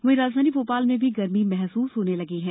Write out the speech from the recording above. वहीं राजधानी भोपाल में भी गर्मी महसुस होने लगी है